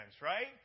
right